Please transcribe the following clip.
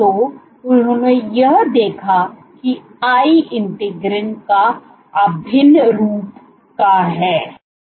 तो उन्होंने यह देखा कि I integrin का अभिन्न रूप का है